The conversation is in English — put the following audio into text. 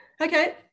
Okay